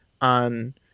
on